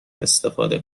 استفاده